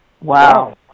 Wow